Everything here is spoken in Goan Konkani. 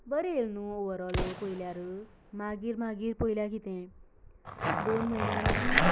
बरी येयलां न्हूं ऑवरल पळयल्यार मागीर मागीर पळयल्यार कितें दोन म्हयन्यांनी ती